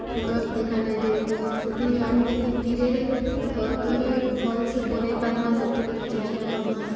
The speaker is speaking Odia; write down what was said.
ସୁନ୍ଦର୍ ଦେଖା ନାଇଁଯାଏ ତ ସେଥିରେ ଆମେ ଆମେ କେନ୍ତି ପିରେରେ ଥର୍କରେ ଭଲ୍ସେ ବନେଇ ପାର୍ମା ସେଥିଲାଗି ଚେଷ୍ଟା କର୍ମା